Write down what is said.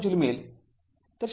२५६ joule मिळेल